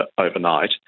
overnight